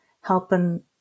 helping